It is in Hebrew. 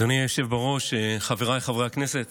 אדוני היושב בראש, חבריי חברי הכנסת,